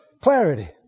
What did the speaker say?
clarity